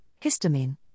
histamine